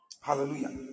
Hallelujah